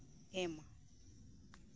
ᱮᱢ ᱟ